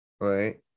right